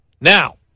Now